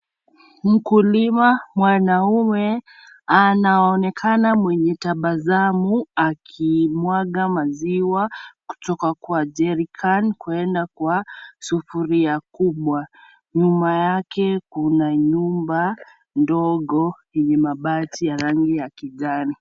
Mkulima mwanaume anaonekana mwenye tabasamu akimwaga maziwa kutoka kwa jerrican kwenda kwa sufuria kubwa. Nyuma yake kuna nyumba ndogo yenye mabati ya rangi ya kijani.